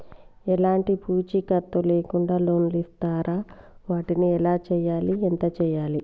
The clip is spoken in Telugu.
ఎలాంటి పూచీకత్తు లేకుండా లోన్స్ ఇస్తారా వాటికి ఎలా చేయాలి ఎంత చేయాలి?